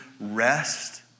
rest